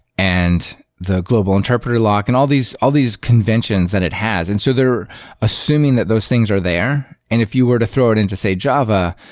and the global interpreter lock and all these all these conventions that it has. and so assuming that those things are there, and if you were to throw it into, say, java,